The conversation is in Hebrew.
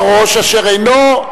אורי אריאל,